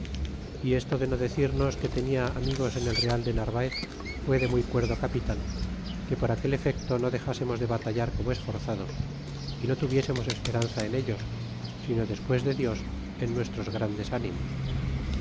y esto de no decirnos que tenía amigos en el real de narvaez fue de muy cuerdo capitan que por aquel efecto no dexásemos de batallar como esforzados y no tuviésemos esperanza en ellos sino despues de dios en nuestros grandes ánimos